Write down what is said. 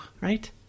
right